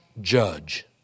judge